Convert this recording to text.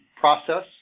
process